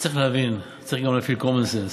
צריך להבין, צריך גם להפעיל common sense.